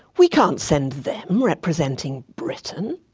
we can't send them representing britain,